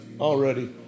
already